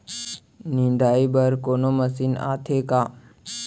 निंदाई बर कोनो मशीन आथे का?